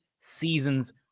seasons